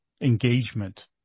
engagement